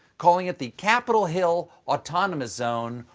calling it the capitol hill autonomous zone,